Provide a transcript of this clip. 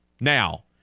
Now